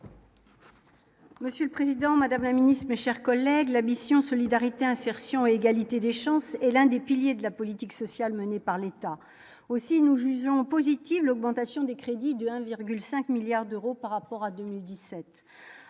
Monsieur le Président, Madame la Ministre, mes chers collègues, la mission Solidarité, insertion et égalité des chances et l'un des piliers de la politique sociale menée par l'État, aussi nous jugeons positives, l'augmentation des crédits de un virgule 5 milliards d'euros par rapport à 2017